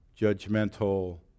judgmental